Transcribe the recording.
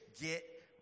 get